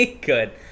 good